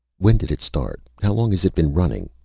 when did it start? how long has it been running?